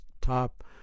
top